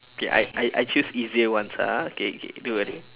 okay I I I choose easier ones ah okay okay don't worry